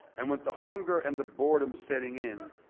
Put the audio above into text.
and with the hunger and the boredom setting in,